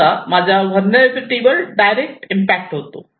त्याचा माझ्या व्हलनेरलॅबीलीटी वर डायरेक्ट इम्पॅक्ट होतो